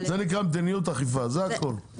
זה נקרא מדיניות אכיפה זה הכל.